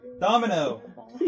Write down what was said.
Domino